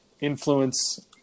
influence